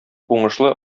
уңышлы